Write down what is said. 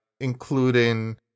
including